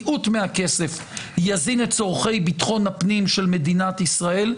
מיעוט מהכסף יזין את צורכי ביטחון הפנים של מדינת ישראל,